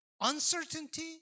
Uncertainty